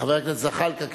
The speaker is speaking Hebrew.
חבר הכנסת זחאלקה,